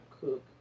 Cook